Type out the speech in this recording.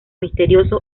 misterioso